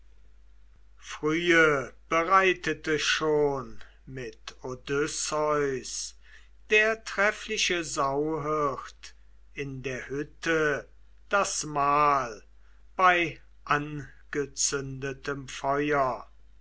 frühe bereitete schon mit odysseus der treffliche sauhirt in der hütte das mahl bei angezündetem feuer